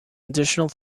additional